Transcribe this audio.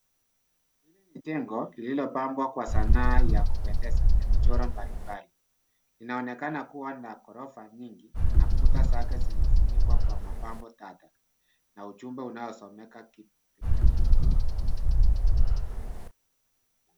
Hili ni jengo lillopambwa kwa sanaa ya kupendeza na michoro mbali mbali. Inaonekana kua na ghorofa nyingi na kuta zake zimefunikwa kwa mapambo tata, na ujumbe unaosomeka, kipeklin.